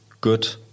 good